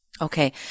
Okay